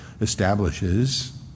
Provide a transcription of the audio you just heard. establishes